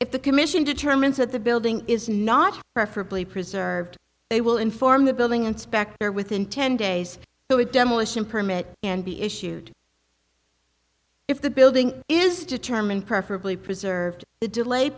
if the commission determines that the building is not preferably preserved they will inform the building inspector within ten days though a demolition permit and be issued if the building is determined preferably preserved the delay